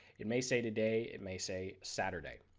it may say today, it may say saturday.